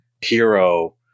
hero